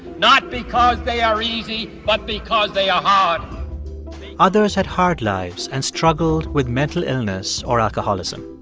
not because they are easy but because they are hard others had hard lives and struggled with mental illness or alcoholism.